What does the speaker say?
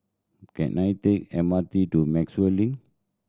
can I take M R T to Maxwell Link